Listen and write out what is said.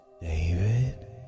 David